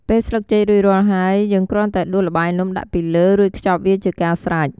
ពេលស្លឹកចេករួចរាល់ហើយ យើងគ្រាន់តែដួសល្បាយនំដាក់ពីលើ រួចខ្ចប់វាជាការស្រេច។